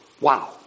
Wow